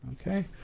Okay